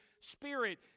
Spirit